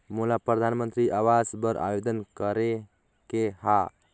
मोला परधानमंतरी आवास बर आवेदन करे के हा?